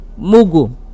mugu